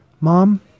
mom